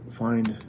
find